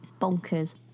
bonkers